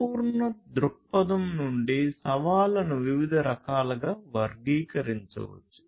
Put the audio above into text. సంపూర్ణ దృక్పథం నుండి సవాళ్లను వివిధ రకాలుగా వర్గీకరించవచ్చు